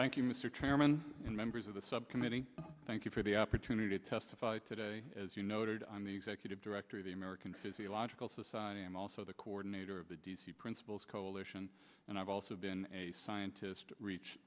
thank you mr chairman and members of the subcommittee thank you for the opportunity to testify today as you noted on the executive director of the american physiological society and also the coordinator of the principles coalition and i've also been a scientist reach